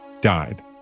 died